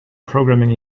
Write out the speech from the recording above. programming